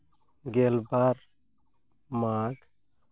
ᱜᱮᱞᱵᱟᱨ ᱢᱟᱜᱽ